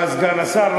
אה, סגן השר?